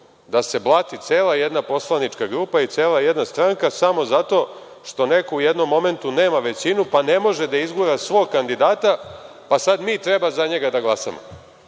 da se blati cela jedna poslanička grupa i cela jedna stranka samo zato što neko u jednom momentu nema većinu pa ne može da izgura svog kandidata, pa sada mi treba za njega da glasamo. Dakle,